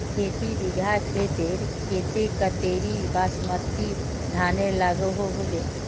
खेती बिगहा खेतेर केते कतेरी बासमती धानेर लागोहो होबे?